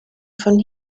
von